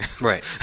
Right